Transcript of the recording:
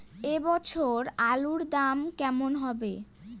এ বছর আলুর দাম কেমন হবে?